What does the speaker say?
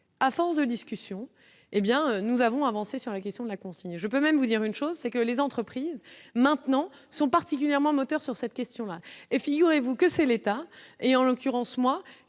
à force de discussion, hé bien nous avons avancé sur la question de la consigne, je peux même vous dire une chose, c'est que les entreprises maintenant sont particulièrement moteurs sur cette question-là et figurez-vous que c'est l'État et en l'occurrence, moi